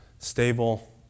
Stable